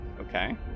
Okay